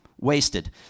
wasted